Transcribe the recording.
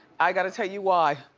i gotta tell you why.